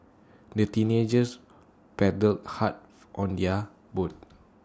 the teenagers paddled hard on their boat